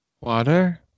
Water